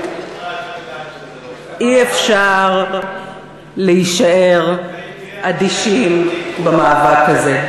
אי-אפשר להישאר אדישים במאבק הזה.